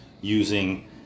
using